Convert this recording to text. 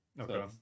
Okay